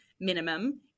minimum